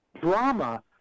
Drama